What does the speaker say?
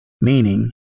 meaning